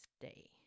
day